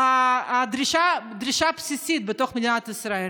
דרישה בסיסית בתוך מדינת ישראל.